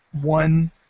one